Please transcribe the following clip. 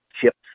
chips